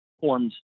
forms